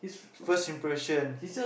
first impression